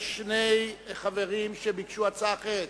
יש שני חברים שביקשו הצעה אחרת.